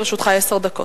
לרשותך עשר דקות.